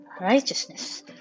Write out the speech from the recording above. Righteousness